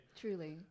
Truly